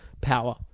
power